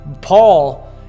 Paul